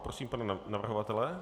Prosím pana navrhovatele.